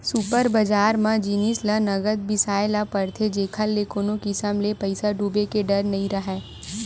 super बजार म जिनिस ल नगद बिसाए ल परथे जेखर ले कोनो किसम ले पइसा डूबे के डर नइ राहय